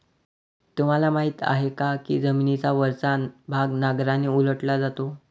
तुम्हाला माहीत आहे का की जमिनीचा वरचा भाग नांगराने उलटला जातो?